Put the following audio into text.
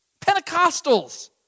Pentecostals